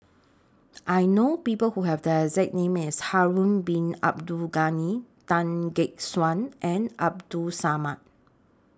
I know People Who Have The exact name as Harun Bin Abdul Ghani Tan Gek Suan and Abdul Samad